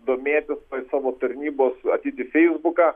domėtis savo tarnybos ateit į feisbuką